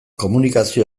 komunikazio